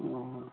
हँ